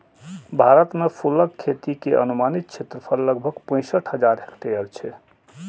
भारत मे फूलक खेती के अनुमानित क्षेत्रफल लगभग पैंसठ हजार हेक्टेयर छै